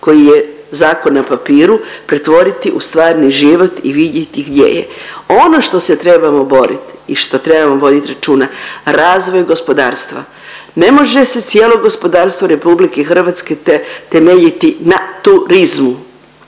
koji je zakon na papiru, pretvoriti u stvarni život i vidjeti gdje je. Ono što se trebamo boriti i što trebamo vodit računa, razvoj gospodarstva. Ne može se cijelo gospodarstvo RH temeljiti na turizmu.